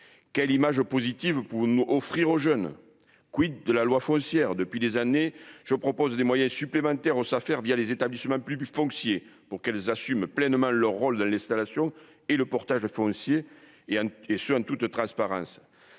quelle image positive pour nous offrir aux jeunes : quid de la loi foncière depuis des années, je propose des moyens supplémentaires aux affaires via les établissements plus foncier pour qu'elles assument pleinement leur rôle dans l'installation et le portage foncier et hein, et ce en toute transparence